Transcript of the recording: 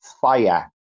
fire